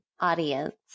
audience